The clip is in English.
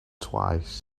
twice